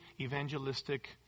evangelistic